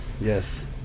yes